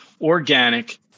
organic